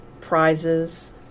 prizes